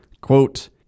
Quote